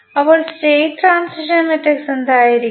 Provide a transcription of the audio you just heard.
അപ്പോൾ state transition matrix എന്തായിരിക്കും